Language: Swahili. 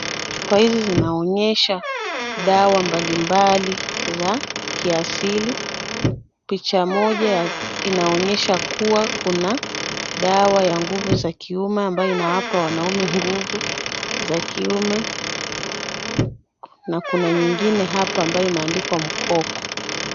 Chupa hizi zinaonesha dawa mbalimbali za kiasili. Picha moja inaonesha kuwa kuna dawa ya nguvu za kiume ambayo inawapa wanaume nguvu za kiume na kuna nyingine hapo ambayo imeandikwa mkoko.